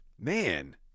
man